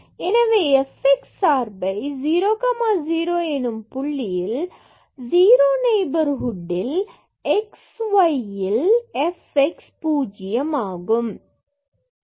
எனவே fx சார்பை 00 எனும் புள்ளியில் 0 நெய்பர்ஹுட்டில் x yல் fx பூஜ்ஜியம் ஆகும்